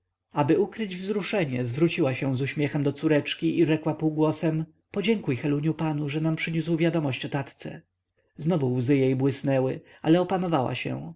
aby ukryć wzruszenie zwróciła się z uśmiechem do córeczki i rzekła półgłosem podziękuj heluniu panu że nam przyniósł wiadomość o tatce znowu łzy jej błysnęły ale opanowała się